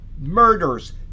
murders